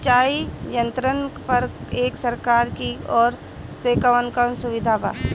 सिंचाई यंत्रन पर एक सरकार की ओर से कवन कवन सुविधा बा?